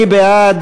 מי בעד?